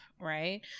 Right